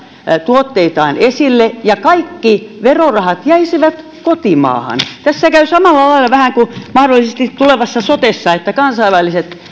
tuotteitaan esille ja kaikki verorahat jäisivät kotimaahan tässä käy vähän samalla lailla kuin mahdollisesti tulevassa sotessa että kansainväliset